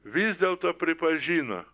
vis dėlto pripažino